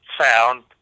sound